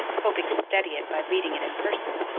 hoping to steady it by leading it in person.